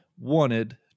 wanted